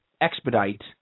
expedite